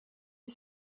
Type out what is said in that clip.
you